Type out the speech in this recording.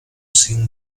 sin